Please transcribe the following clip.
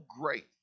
great